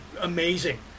amazing